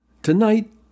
Tonight